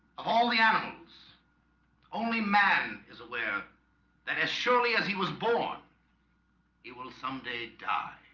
of all the animals only man is aware that as surely as he was born he will someday die